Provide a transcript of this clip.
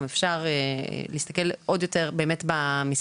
ואפשר להסתכל עוד יותר במסמך.